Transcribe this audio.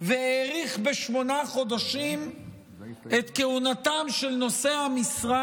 והאריך בשמונה חודשים את כהונתם של נושאי המשרה,